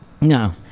no